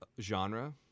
genre